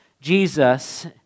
Jesus